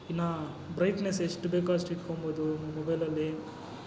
ಇನ್ನು ಬ್ರೈಟ್ನೆಸ್ ಎಷ್ಟು ಬೇಕೋ ಅಷ್ಟು ಇಟ್ಕೊಂಬೋದು ಮೊಬೈಲಲ್ಲಿ